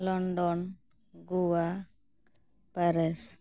London Goa Paris